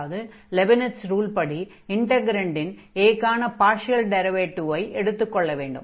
அதாவது லெபினிட்ஸ் ரூல்படி இன்டக்ரன்டின் a க்கான பார்ஷியல் டிரைவேடிவை எடுத்துக் கொள்ள வேண்டும்